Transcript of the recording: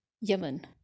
Yemen